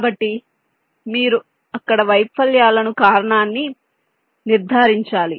కాబట్టి మీరు అక్కడ వైఫల్యాలకు కారణాన్ని నిర్ధారించాలి